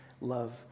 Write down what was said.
love